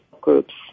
groups